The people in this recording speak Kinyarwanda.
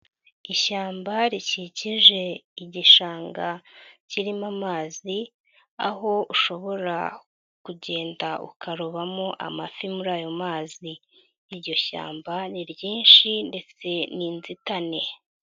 Ishyamba rikikije igishanga kirimo amazi, aho ushobora kugenda ukarobamo amafi muri ayo mazi. Iryo shyamba ni ryinshi ndetse ni inzitane.